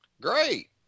Great